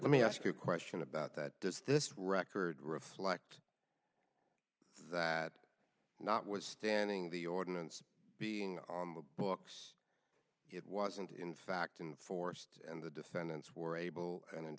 let me ask you a question about that does this record reflect that notwithstanding the ordinance being on the books it wasn't in fact inforced and the defendants were able and in